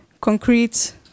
concrete